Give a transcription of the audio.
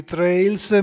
Trails